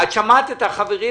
את שמעת את החברים,